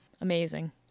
Amazing